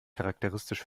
charakteristisch